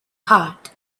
heart